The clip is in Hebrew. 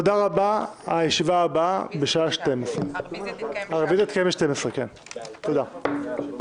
נצביע על הרביזיה שהגשתי בישיבה שתתקיים בשעה 12:00. תודה רבה,